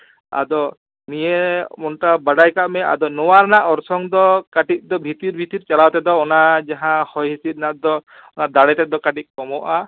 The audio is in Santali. ᱟᱫᱚ ᱱᱤᱭᱟᱹ ᱚᱱᱠᱟ ᱵᱟᱰᱟᱭ ᱠᱟᱜ ᱢᱮ ᱟᱫᱚ ᱱᱚᱣᱟ ᱨᱮᱱᱟᱜ ᱚᱨᱥᱚᱝ ᱫᱚ ᱠᱟᱹᱴᱤᱡ ᱫᱚ ᱵᱷᱤᱛᱤᱨ ᱵᱷᱤᱛᱤᱨ ᱪᱟᱞᱟᱣ ᱛᱮᱫᱚ ᱚᱱᱟ ᱡᱟᱦᱟᱸ ᱦᱚᱭ ᱦᱤᱥᱤᱫ ᱨᱮᱱᱟᱜ ᱫᱚ ᱚᱱᱟ ᱫᱟᱲᱮ ᱛᱮᱫ ᱫᱚ ᱠᱟᱹᱴᱤᱡ ᱠᱚᱢᱚᱜᱼᱟ